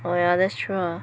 oh yeah that's true ah